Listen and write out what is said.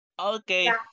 Okay